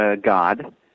God